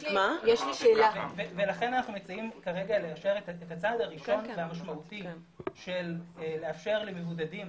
לכן אנחנו מציעים כרגע לאשר את הצעד הראשון והמשמעותי שיאפשר למבודדים